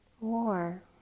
war